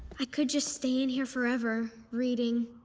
i could just stay in here forever, reading.